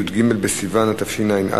י"ג בסיוון התשע"א,